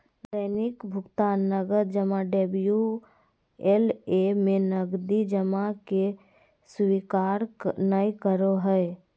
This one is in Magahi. दैनिक भुकतान नकद जमा डबल्यू.एल.ए में नकदी जमा के स्वीकार नय करो हइ